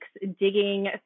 digging